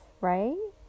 Right